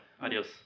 Adios